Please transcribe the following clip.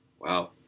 Wow